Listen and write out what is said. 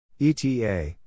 ETA